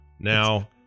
Now